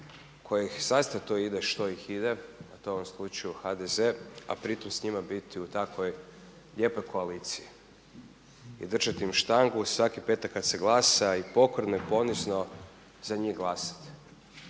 kojih … ide što ih ide, a to je u ovom slučaju HDZ-e, a pritom s njima biti u takvoj lijepoj koaliciji i držati im štangu svaki petak kada se glasa i pokorno i ponizno za njih glasati.